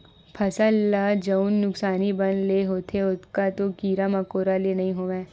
फसल ल जउन नुकसानी बन ले होथे ओतका तो कीरा मकोरा ले नइ होवय